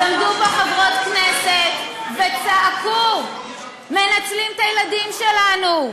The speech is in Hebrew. אז עמדו פה חברות כנסת וצעקו: מנצלים את הילדים שלנו,